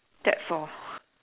that's all